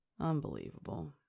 Unbelievable